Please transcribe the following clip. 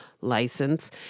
license